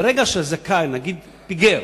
ברגע שזכאי פיגר,